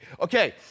Okay